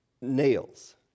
nails